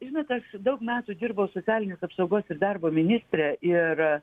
žinot aš daug metų dirbau socialinės apsaugos ir darbo ministre ir